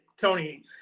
Tony